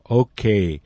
okay